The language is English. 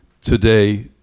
today